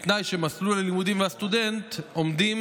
בתנאי שמסלול הלימודים והסטודנט עומדים